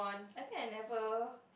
I think I never